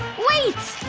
wait!